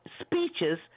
speeches